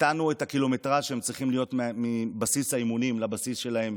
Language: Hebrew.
הקטנו את הקילומטרז' שהם צריכים להיות מבסיס האימונים לבסיס שלהם,